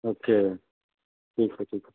okay ठीक आहे ठीक